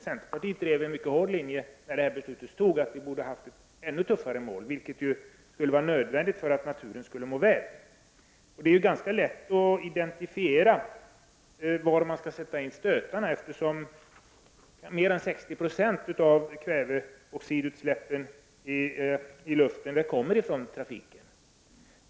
Centerpartiet drev en mycket hård linje när beslutet fattades, och den innebar att målet borde vara ännu tuffare, vilket är nödvändigt för att naturen skall må väl. Det är ganska lätt att se var stötarna skall sättas in, eftersom mer än 60 90 av kväveoxidutsläppen i luften kommer från trafiken.